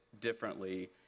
differently